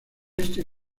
este